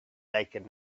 taken